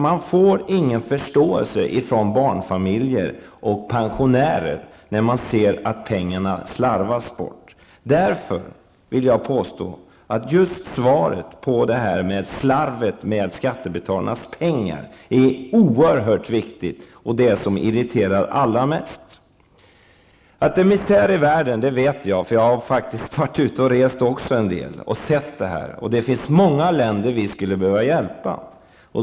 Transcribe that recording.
Man får ingen förståelse från barnfamiljer och pensionärer när de ser att pengarna slarvas bort. Därför är svaret på frågan om slarvet med skattebetalarnas pengar oerhört viktigt och det som irriterar allra mest. Att det är misär i världen vet jag. Jag har faktiskt också varit ute och rest en del och sett det. Det finns många länder som vi skulle behöva hjälpa.